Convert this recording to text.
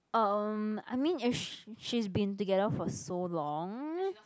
um I means if she she's been together for so long